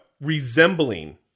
resembling